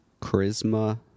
charisma